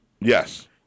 Yes